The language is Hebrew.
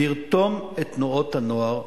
לרתום את תנועות הנוער,